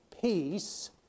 peace